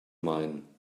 mine